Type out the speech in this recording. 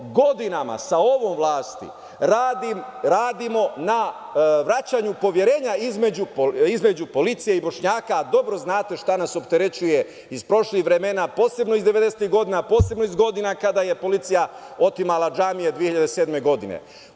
Godinama sa ovom vlasti radimo na vraćanju poverenja između policije i Bošnjaka, a dobro znate šta nas opterećuje iz prošlih vremena, posebno iz 90-ih godina, a posebno iz godina kada je policija otimala džamije 2007. godine.